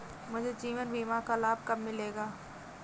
मुझे जीवन बीमा का लाभ कब मिलेगा?